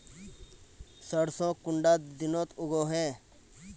सरसों कुंडा दिनोत उगैहे?